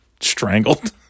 strangled